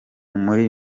muri